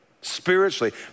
spiritually